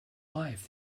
life